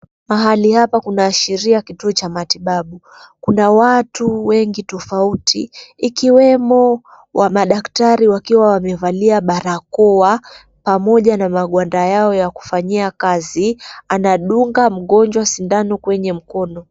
Pahali hapa kunaashiria kituo cha matibabu. Kuna watu wengi tofauti ikiwemo wamadaktari wakiwa wamevalia barakoa pamoja na magwanda yao ya kufanyia kazi. Anadunga mgonjwa sindano kwenye mkono.